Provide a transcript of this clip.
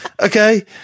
Okay